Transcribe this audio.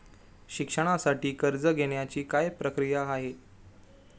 शिक्षणासाठी कर्ज घेण्याची काय प्रक्रिया आहे?